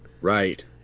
Right